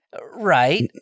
Right